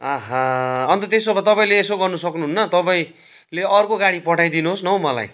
आहा अन्त त्यसो भए तपाईँले यसो गर्नु सक्नुहुन्न तपाईँले अर्को गाडी पठाइदिनुहोस न हौ मलाई